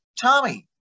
Tommy